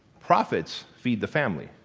profits feed the family,